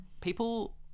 people